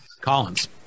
Collins